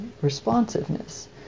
responsiveness